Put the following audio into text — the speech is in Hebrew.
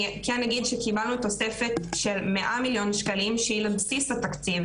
אני כן אגיד שקיבלנו תוספת של 100 מיליון שקלים שהיא לבסיס התקציב,